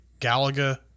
Galaga